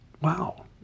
Wow